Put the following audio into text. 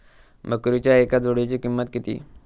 बकरीच्या एका जोडयेची किंमत किती?